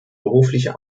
berufliche